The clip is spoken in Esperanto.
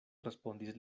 respondis